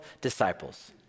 disciples